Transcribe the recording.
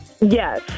Yes